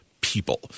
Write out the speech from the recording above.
people